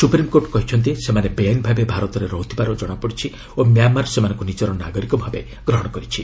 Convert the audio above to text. supreme court କହିଛନ୍ତି ସେମାନେ ବେଆଇନ୍ ଭାବେ ଭାରତରେ ରହୁଥିବାର ଜଣାପଡ଼ିଛି ଓ ମ୍ୟାମାର୍ ସେମାନଙ୍କୁ ନିଜର ନାଗରିକ ଭାବେ ଗ୍ରହଣ କରିଛି